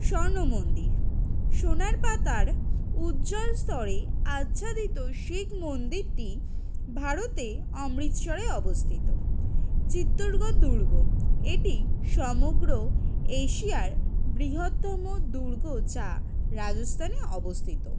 স্বর্ণ মন্দির সোনার পাতার উজ্জ্বল স্তরে আচ্ছাদিত শিখ মন্দিরটি ভারতে অমৃতসরে অবস্থিত চিত্তরগড় দুর্গ এটি সমগ্র এশিয়ার বৃহত্তম দুর্গ যা রাজস্থানে অবস্থিত